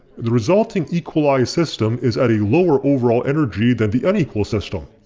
the resulting equalized system is at a lower overall energy than the unequal system.